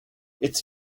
its